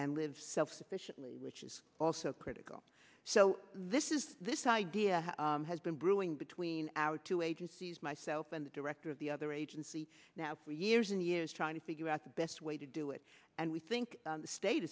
and live self sufficiently which is also critical so this is this idea has been brewing between our two agencies myself and the director of the other agency now for years and years trying to figure out the best way to do it and we think the state